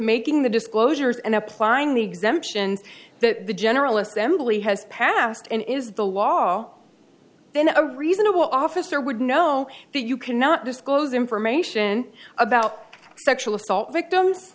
making the disclosures and applying the exemptions that the general assembly has passed and is the law then a reasonable officer would know that you cannot disclose information about sexual assault victims